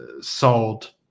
sold